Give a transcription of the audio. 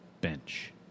bench